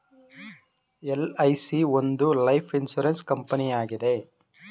LIC ಒಂದು life insurance ಕಂಪನಿಯಾಗಿದೆ